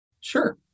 Sure